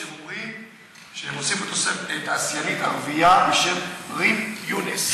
הם אומרים שהם הוסיפו תעשיינית ערבייה בשם רים יונס.